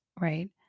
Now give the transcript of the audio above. right